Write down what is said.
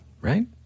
right